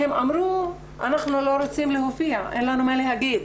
הם אמרו שהם לא רוצים להופיע, שאין להם מה להגיד.